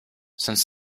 since